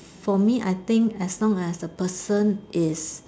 for me I think as long as the person is